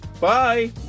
bye